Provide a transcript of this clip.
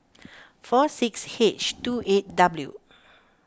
four six H two eight W